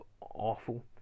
awful